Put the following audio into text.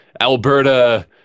Alberta